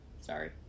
Sorry